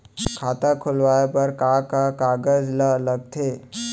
खाता खोलवाये बर का का कागज ल लगथे?